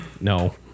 No